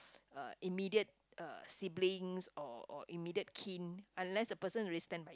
uh immediate uh siblings or or immediate kin unless the person really stand by